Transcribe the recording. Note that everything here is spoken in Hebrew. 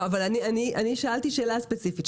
אני שאלתי שאלה ספציפית.